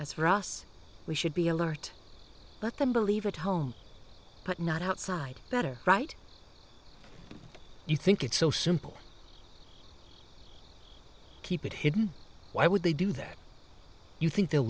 us we should be alert let them believe at home but not outside better right you think it's so simple keep it hidden why would they do that you think they'll